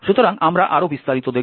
সুতরাং আমরা আরো বিস্তারিত দেখব